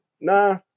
nah